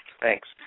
Thanks